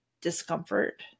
discomfort